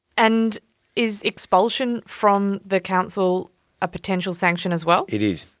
and is expulsion from the council a potential sanction as well? it is,